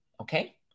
Okay